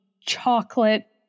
chocolate